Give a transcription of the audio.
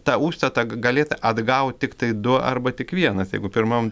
tą užstatą ga galėt atgaut tiktai du arba tik vienas jeigu pirmam